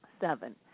Seven